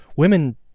Women